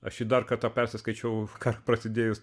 aš jį dar kartą persiskaičiau karui prasidėjus